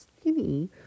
skinny